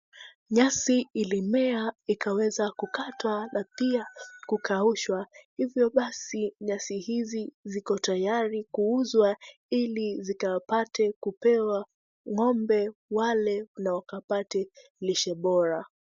Nyasi ilimea ikaweza kukatwa na pia kukaushwa. Hivyo basi, nyasi hizi ziko tayari kuuzwa ili, zikapate kupewa ng'ombe wale na wakapate lshe bora.